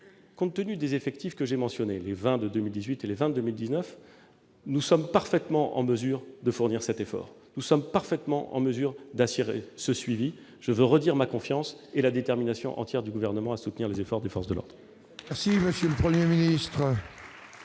Compte tenu des effectifs que j'ai mentionnés, les 20 de 2018 et les 20 de 2019, nous sommes parfaitement en mesure de fournir cet effort et d'assurer leur suivi. Je veux redire ma confiance et la détermination entière du Gouvernement à soutenir les efforts des forces de l'ordre.